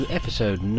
episode